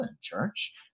church